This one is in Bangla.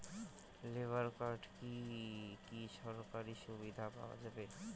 লেবার কার্ডে কি কি সরকারি সুবিধা পাওয়া যাবে?